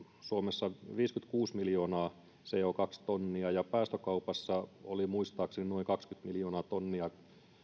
suomessa viisikymmentäkuusi miljoonaa co tonnia ja päästökaupassa oli muistaakseni noin kaksikymmentä miljoonaa tonnia